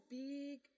big